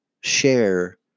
share